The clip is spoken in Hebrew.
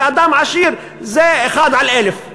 ובאדם עשיר זה 1 על 1,000,